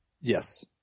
Yes